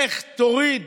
לך תוריד